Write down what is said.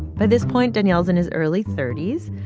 by this point, daniel's in his early thirty s.